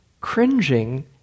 cringing